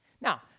Now